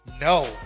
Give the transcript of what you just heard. No